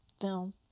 film